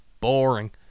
Boring